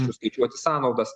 suskaičiuoti sąnaudas